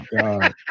god